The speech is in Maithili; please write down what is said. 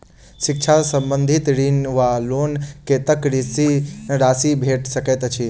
शिक्षा संबंधित ऋण वा लोन कत्तेक राशि भेट सकैत अछि?